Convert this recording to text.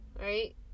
right